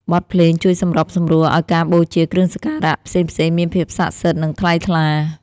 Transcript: បទភ្លេងជួយសម្របសម្រួលឱ្យការបូជាគ្រឿងសក្ការៈផ្សេងៗមានភាពសក្ដិសិទ្ធិ និងថ្លៃថ្លា។